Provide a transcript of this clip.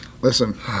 Listen